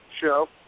show